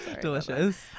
Delicious